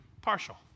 partial